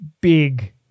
big